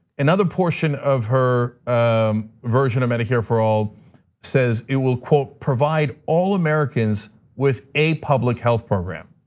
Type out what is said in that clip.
another portion of her um version of medicare for all says, it will, quote, provide all americans with a public health program.